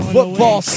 Football